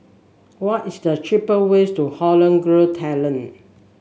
what is the cheaper way to Holland Grove Thailand